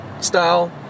style